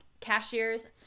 cashiers